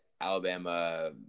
Alabama